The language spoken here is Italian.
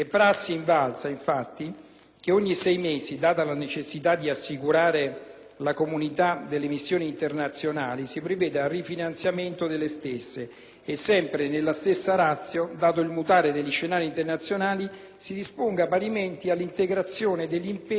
la continuità delle missioni internazionali, si preveda il rifinanziamento delle stesse e, sempre nella medesima *ratio*, dato il mutare degli scenari internazionali, si disponga parimenti l'integrazione degli impegni all'estero, ovvero la riduzione e la rimodulazione degli stessi.